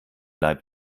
leib